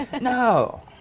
no